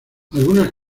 algunas